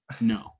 No